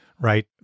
right